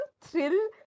thrill